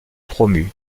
promu